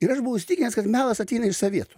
ir aš buvau įsitikinęs kad melas ateina iš sovietų